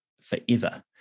forever